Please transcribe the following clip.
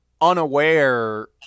unaware